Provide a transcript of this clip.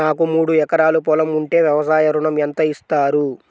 నాకు మూడు ఎకరాలు పొలం ఉంటే వ్యవసాయ ఋణం ఎంత ఇస్తారు?